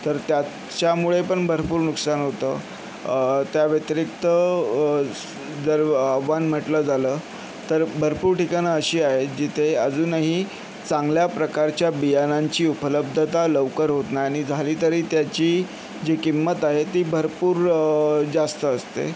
तर त्याच्यामुळे पण भरपूर नुकसान होतं त्याव्यतिरिक्त स् जर आव्हान म्हटलं झालं तर भरपूर ठिकाणं अशी आहेत जिथे अजूनही चांगल्या प्रकारच्या बियाणांची उपलब्धता लवकर होत नाही आणि झाली तरी त्याची जी किंमत आहे ती भरपूर जास्त असते